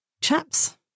chaps